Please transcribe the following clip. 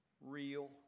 real